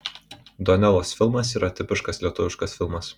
donelos filmas yra tipiškas lietuviškas filmas